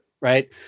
Right